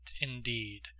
indeed